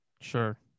Sure